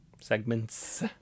segments